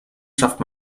schafft